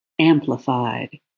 amplified